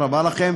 תודה רבה לכם.